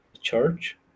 church